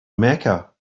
mecca